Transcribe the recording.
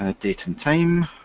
ah date and time,